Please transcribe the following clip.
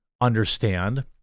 understand